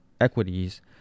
equities